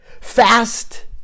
Fast